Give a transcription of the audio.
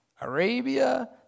Arabia